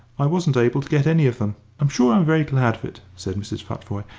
i wasn't able to get any of them. i'm sure i'm very glad of it, said mrs. futvoye,